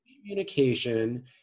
communication